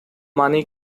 money